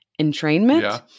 entrainment